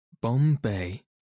Bombay